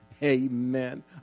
Amen